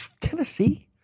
Tennessee